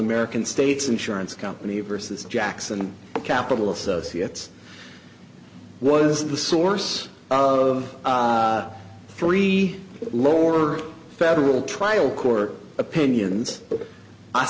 american state's insurance company versus jackson and capital associates was the source of three lower federal trial court opinions